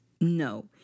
no